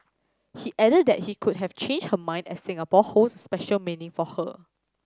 he added that she could have changed her mind as Singapore holds special meaning for her